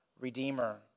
redeemer